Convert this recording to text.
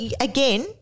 again